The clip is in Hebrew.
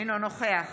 אינו נוכח